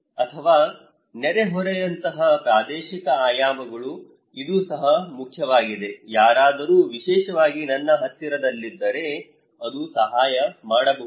ಅಥವಾ ನೆರೆಹೊರೆಯಂತಹ ಪ್ರಾದೇಶಿಕ ಆಯಾಮಗಳು ಇದು ಸಹ ಮುಖ್ಯವಾಗಿದೆ ಯಾರಾದರೂ ವಿಶೇಷವಾಗಿ ನನ್ನ ಹತ್ತಿರದಲ್ಲಿದ್ದರೆ ಅದು ಸಹಾಯ ಮಾಡಬಹುದು